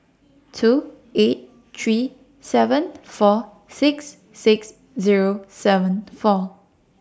two eight three seven four six six Zero seven four